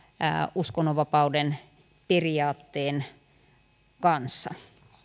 uskonnonvapauden periaatteen kanssa